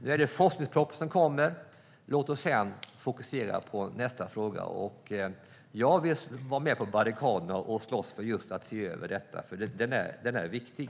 Nu är det forskningspropositionen som kommer, och låt oss sedan fokusera på nästa fråga. Jag vill vara med på barrikaderna och slåss just för att se över detta, för frågan är viktig.